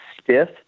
stiff